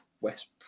West